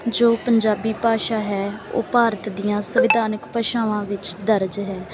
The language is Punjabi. ਜੋ ਪੰਜਾਬੀ ਭਾਸ਼ਾ ਹੈ ਉਹ ਭਾਰਤ ਦੀਆਂ ਸੰਵਿਧਾਨਿਕ ਭਾਸ਼ਾਵਾਂ ਵਿੱਚ ਦਰਜ ਹੈ